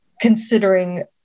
Considering